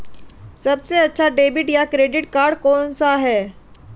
सबसे अच्छा डेबिट या क्रेडिट कार्ड कौन सा है?